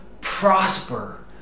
Prosper